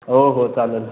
हो हो चालेल